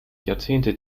jahrzehnte